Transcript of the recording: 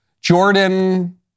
Jordan